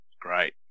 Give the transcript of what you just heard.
great